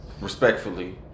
respectfully